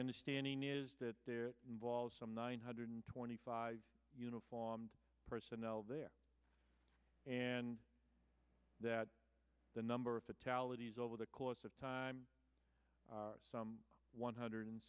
understanding is that there involved some nine hundred twenty five uniformed personnel there and that the number of fatalities over the course of time some one hundred